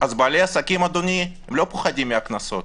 ובעלי עסקים, אדוני, לא פוחדים מהקנסות.